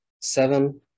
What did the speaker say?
Seven